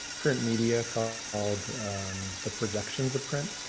print media called the projections of print.